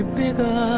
bigger